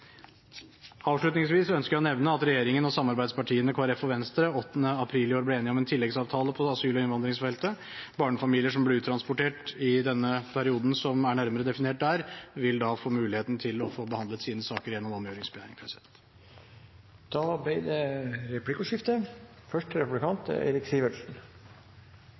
Avslutningsvis ønsker jeg å nevne at regjeringen og samarbeidspartiene Kristelig Folkeparti og Venstre 8. april i år ble enige om en tilleggsavtale på asyl- og innvandringsfeltet. Barnefamilier som ble uttransportert i den perioden som er nærmere definert der, vil da få muligheten til å få behandlet sine saker gjennom omgjøringsbegjæring. Det blir replikkordskifte.